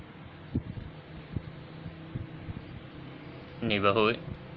neighbourhood